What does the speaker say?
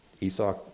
Esau